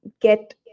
get